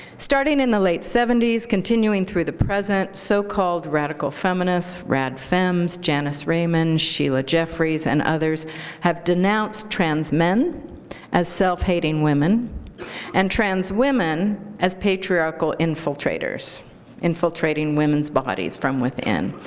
starting in the late seventy s, continuing through the present, so-called radical feminists, rad fems, janice raymond, sheila jeffries, and others have denounced trans men as self-hating women and trans women as patriarchal infiltrators infiltrating women's bodies from within,